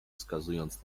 wskazując